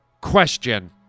question